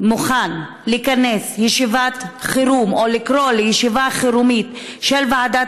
מוכן לכנס ישיבת חירום או לקרוא לישיבת חירום של ועדת